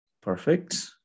Perfect